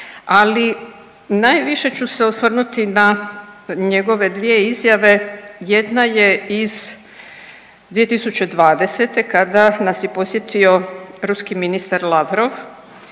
Ali najviše ću se osvrnuti na njegove dvije izjave, jedna je iz 2020. kada nas je posjetio ruski ministar Lavrov